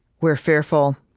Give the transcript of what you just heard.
we're fearful.